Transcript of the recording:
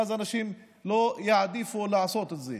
ואז אנשים לא יעדיפו לעשות את זה,